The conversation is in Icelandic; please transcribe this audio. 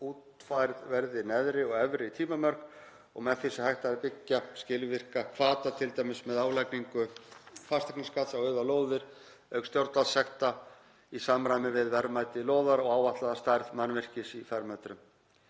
útfærð verði neðri og efri tímamörk og með því sé hægt að byggja skilvirka hvata, t.d. með álagningu fasteignaskatts á auðar lóðir, auk stjórnvaldssekta í samræmi við verðmæti lóða og áætlaða stærð mannvirkis í fermetrum.